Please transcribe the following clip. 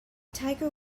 tiger